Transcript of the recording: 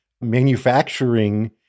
manufacturing